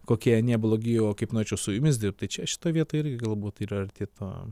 kokie anie blogi o kaip norėčiau su jumis dirbt tai čia šitoj vietoj ir galbūt yra arti to